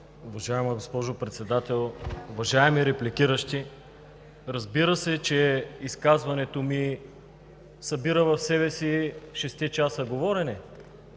Уважаема госпожо Председател, уважаеми репликиращи! Разбира се, че изказването ми събира в себе си шестте часа говорене,